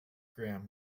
graham